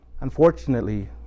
Unfortunately